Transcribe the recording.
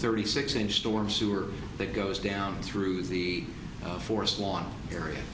thirty six inch storm sewer that goes down through the forest lawn area